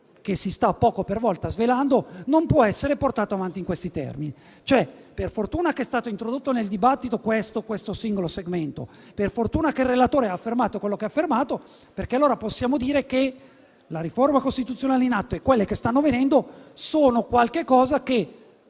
che, poco per volta, si sta svelando non può essere portato avanti in questi termini. Per fortuna, è stato introdotto nel dibattito questo singolo segmento e il relatore ha affermato quello che ha affermato, perché così possiamo dire che la riforma costituzionale in atto e quelle che stanno arrivando dovrebbero essere